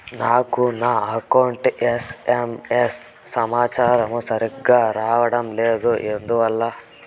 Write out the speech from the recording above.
నాకు నా account SMS సమాచారము సరిగ్గా రావడం లేదు ఎందువల్ల?